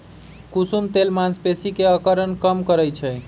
कुसुम तेल मांसपेशी के अकड़न कम करई छई